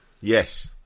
Yes